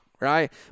Right